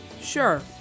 Sure